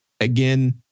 again